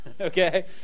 Okay